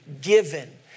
given